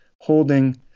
holding